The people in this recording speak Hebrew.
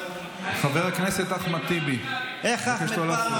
חבר הכנסת אחמד טיבי, אני מבקש לא להפריע.